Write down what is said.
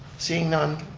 seeing none,